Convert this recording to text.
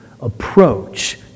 approach